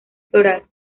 floral